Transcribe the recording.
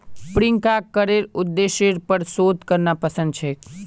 प्रियंकाक करेर उद्देश्येर पर शोध करना पसंद छेक